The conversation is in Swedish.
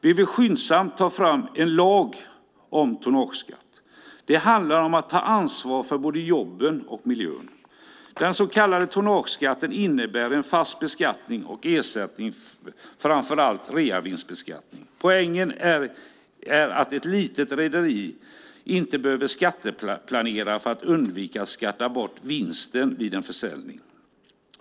Vi vill skyndsamt ta fram en lag om tonnageskatt. Det handlar om att ta ansvar för både jobben och miljön. Den så kallade tonnageskatten innebär en fast beskattning och ersätter framför allt reavinstbeskattning. Poängen för ett litet rederi är att det inte behöver skatteplanera för att undvika att skatta bort vinsten vid en försäljning.